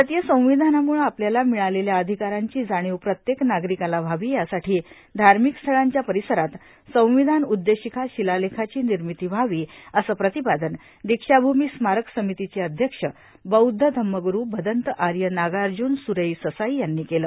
भारतीय संविधानामुळं आपल्याला मिळालेल्या अधिकारांची जाणीव प्रत्येक नागरिकाला व्हावी यासाठी सर्व धार्मिक स्थळांच्या परिसरात संविधान उद्देशिका शिलालेखाची निर्मिती व्हावी असं प्रतिपादन दीक्षाभूमी स्मारक समितीचे अध्यक्ष बौद्ध धम्मगुरू भदन्त आर्य नागार्जुन सुरेई ससाई यांनी केलं